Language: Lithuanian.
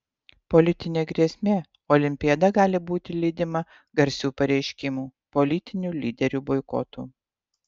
politinė grėsmė olimpiada gali būti lydima garsių pareiškimų politinių lyderių boikotų